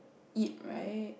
eat right